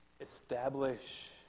establish